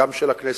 גם של הכנסת,